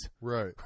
right